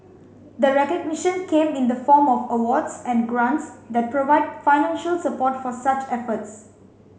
the recognition came in the form of awards and grants that provide financial support for such efforts